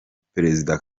perezida